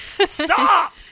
Stop